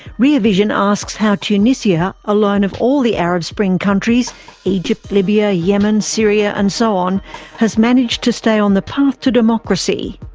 rear vision asks how tunisia alone of all the arab spring countries egypt, libya, yemen, syria and so on has managed to stay on the path to democracy.